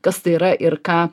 kas tai yra ir ką